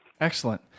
Excellent